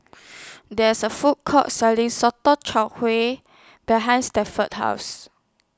There IS A Food Court Selling Sotong Char Kway behind Stanford's House